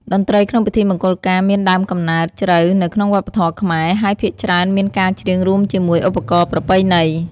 តន្ត្រីក្នុងពិធីមង្គលការមានដើមកំណើតជ្រៅនៅក្នុងវប្បធម៌ខ្មែរ ហើយភាគច្រើនមានការច្រៀងរួមជាមួយឧបករណ៍ប្រពៃណី។